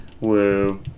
woo